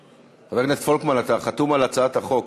הכנסת פולקמן, אתה חתום על הצעת החוק.